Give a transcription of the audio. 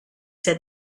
said